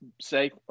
safe